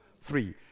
Three